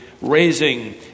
raising